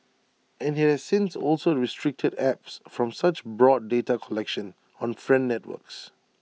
and IT has since also restricted apps from such broad data collection on friend networks